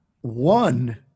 one